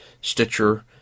Stitcher